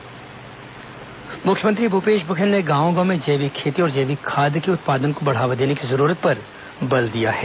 फल फूल प्रदर्शनी मुख्यमंत्री भूपेश बघेल ने गांव गांव में जैविक खेती और जैविक खाद के उत्पादन को बढ़ावा देने की जरूरत पर बल दिया है